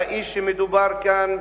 האיש שמדובר כאן,